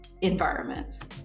environments